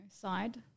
side